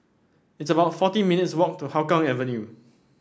it's about forty minutes' walk to Hougang Avenue